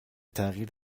تغییر